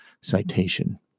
citation